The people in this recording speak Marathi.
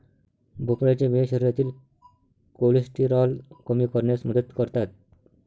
भोपळ्याच्या बिया शरीरातील कोलेस्टेरॉल कमी करण्यास मदत करतात